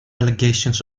allegations